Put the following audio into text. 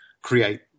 create